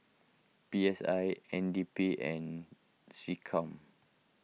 P S I N D P and SecCom